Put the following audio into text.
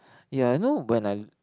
ya you know when I